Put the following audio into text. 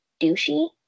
douchey